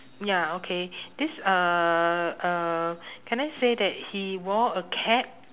ya okay this uhh uh can I say that he wore a cap